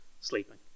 sleeping